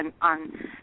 on